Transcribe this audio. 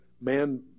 man